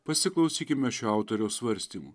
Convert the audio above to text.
pasiklausykime šio autoriaus svarstymų